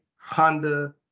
Honda